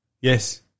Yes